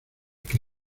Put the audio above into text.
que